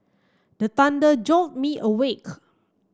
the thunder jolt me awake